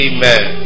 Amen